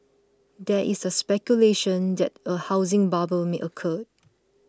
there is speculation that a housing bubble may occur